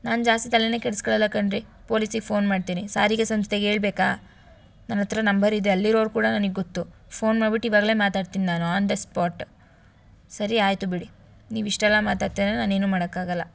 ನಾನು ಜಾಸ್ತಿ ತಲೆ ಕೆಡಿಸಿಕೊಳ್ಳಲ್ಲ ಕಣ್ರಿ ಪೊಲೀಸಿಗೆ ಫೋನ್ ಮಾಡ್ತೀನಿ ಸಾರಿಗೆ ಸಂಸ್ಥೆಗೆ ಹೇಳ್ಬೇಕಾ ನನ್ನ ಹತ್ತಿರ ನಂಬರ್ ಇದೆ ಅಲ್ಲಿರೋರು ಕೂಡ ನನಗ್ ಗೊತ್ತು ಫೋನ್ ಮಾಡ್ಬಿಟ್ಟು ಇವಾಗಲೆ ಮಾತಾಡ್ತೀನಿ ನಾನು ಆನ್ ದ ಸ್ಪಾಟ್ ಸರಿ ಆಯಿತು ಬಿಡಿ ನೀವು ಇಷ್ಟೆಲ್ಲ ಮಾತಾಡ್ತೀರಾ ಅಂದರೆ ನಾನೇನು ಮಾಡೋಕ್ಕಾಗಲ್ಲ